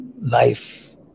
life